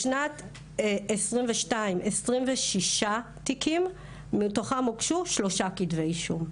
בשנת 2022 26 תיקים מתוכם הוגשו שלושה כתבי אישום.